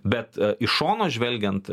bet iš šono žvelgiant